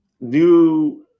new